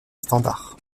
standard